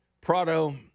Prado